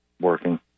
working